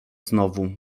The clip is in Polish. znowu